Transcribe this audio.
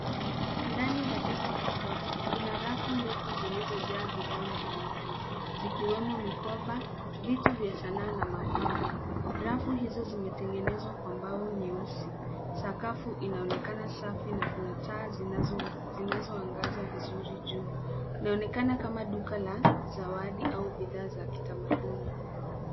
Ndani ya duka kubwa, kuna rafu ndefu zilizojaa bidhaa mbalimbali, zikiwemo mikoba, vitu vya sanaa na mapambo. Rafu hizo zimetengenezwa kwa mbao nyeusi, sakafu inaonekana safi na kuna taa zinazomu, zinazoangaza vizuri juu. Inaonekana kama duka la zawadi au bidhaa za kitamaduni.